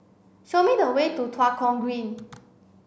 show me the way to Tua Kong Green